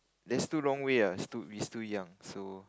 there's still long way lah we still we still young so